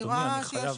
אני רואה שיש,